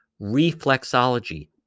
reflexology